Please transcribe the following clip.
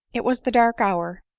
it was the dark hour,